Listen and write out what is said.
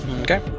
Okay